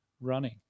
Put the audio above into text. running